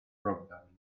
brofion